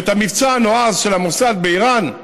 ואת המבצע הנועז של המוסד באיראן,